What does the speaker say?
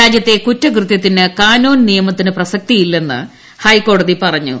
രാജ്യത്തെ കുറ്റകൃത്യത്തിന് കാനോൻ നിയമത്തിന് പ്രസക്തിയില്ലെന്ന് ഹൈക്കോടതി പറഞ്ഞു